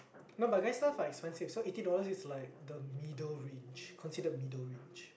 no but guys stuff are expensive so eighty dollars is like the middle range considered middle range